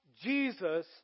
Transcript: Jesus